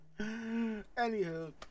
Anywho